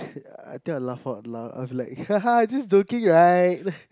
ya I think I laugh of loud I'll be like this dorky guy